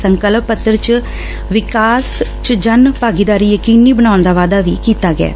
ਸੰਕਲਪ ਪੱਤਰ ਵਿਚ ਵਿਕਾਸ ਚ ਜਨ ਭਾਗੀਦਾਰੀ ਯਕੀਨੀ ਬਣਾਉਣ ਦਾ ਵਾਅਦਾ ਵੀ ਕੀਤਾ ਗਿਐ